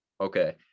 Okay